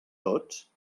tots